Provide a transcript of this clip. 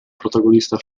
protagonista